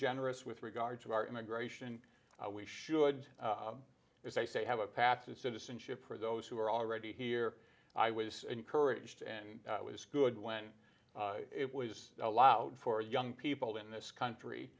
generous with regard to our immigration we should as i say have a path to citizenship for those who are already here i was encouraged and it was good when it was allowed for young people in this country